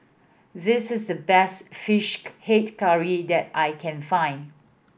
this is the best Fish Head Curry that I can find